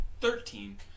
Thirteen